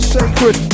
sacred